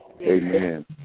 Amen